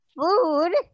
Food